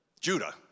Judah